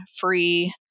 free